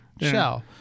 shell